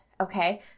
okay